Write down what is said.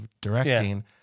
directing